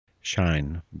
Shine